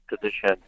position